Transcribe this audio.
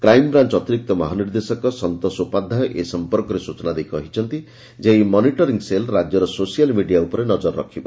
crime branch ଅତିରିକ୍ତ ମହାନିର୍ଦ୍ଦେଶକ ସନ୍ତୋଷ ଉପାଧ୍ୟାୟ ଏ ସଂପର୍କରେ ସୂଚନା ଦେଇ କହିଛନ୍ତି ଯେ ଏହି ମନିଟରିଂ ସେଲ୍ ରାଜ୍ୟର ସୋସିଆଲ୍ ମିଡ଼ିଆ ଉପରେ ନକର ରଖବ